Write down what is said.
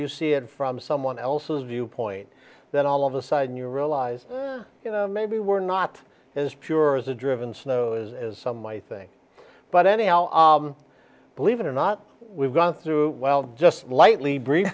you see it from someone else's viewpoint then all of a sudden you realise you know maybe we're not as pure as the driven snow is as some might think but anyhow believe it or not we've gone through well just lightly br